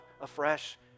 afresh